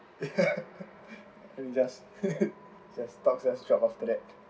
just just talk just drop after that